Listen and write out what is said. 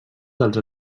dels